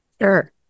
sure